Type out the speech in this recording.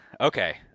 okay